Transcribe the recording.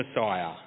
Messiah